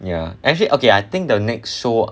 ya actually okay I think the next show